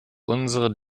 unsere